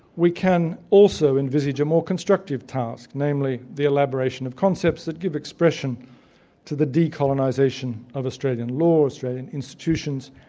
we can also envisage a more constructive task, namely the elaboration of concepts that give expression to the decolonization of australian laws, australian institutions,